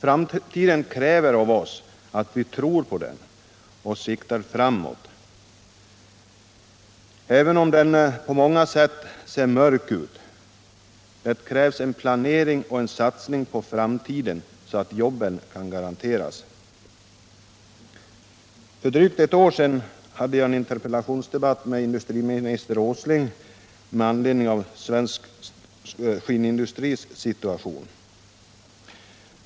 Framtiden kräver av oss att vi tror på den och siktar framåt, även om den på många sätt ser mörk ut. Det krävs en planering och en satsning på framtiden så att jobben kan garanteras. För drygt ett år sedan hade jag en interpellationsdebatt med industriminister Åsling med anledning av svensk skinnindustris situation.